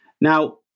Now